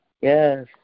Yes